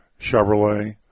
Chevrolet